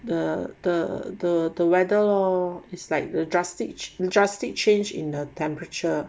the the the the weather lor is like the drastic drastic change in the temperature